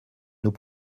nous